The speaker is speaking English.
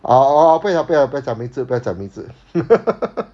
orh orh 不要讲不要不要讲名字不要讲名字